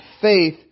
faith